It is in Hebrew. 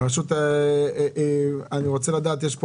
יש פה